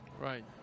Right